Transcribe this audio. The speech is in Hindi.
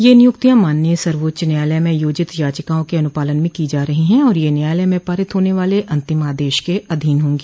ये नियुक्तियां माननीय सवाच्च न्यायालय में योजित याचिकाओं के अनुपालन में की जा रही हैं और यह न्यायालय में पारित होने वाले अंतिम आदेश के अधीन होंगी